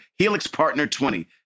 helixpartner20